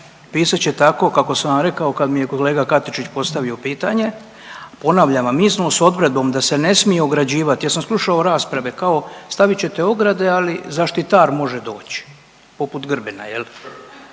Pisat će tako kako sam vam rekao kad mi je kolega Katičić postavio pitanje. Ponavljam vam, mi smo s odredbom da se ne smije ograđivati, ja sam slušao rasprave kao stavit ćete ograde ali zaštitar može doći, poput Grbina je